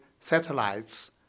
satellites